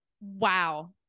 wow